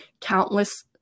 countless